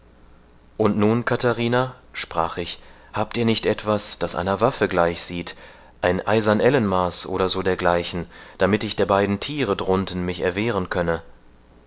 und nun katharina sprach ich habt ihr nicht etwas das einer waffe gleich sieht ein eisern ellenmaß oder so dergleichen damit ich der beiden thiere drunten mich erwehren könne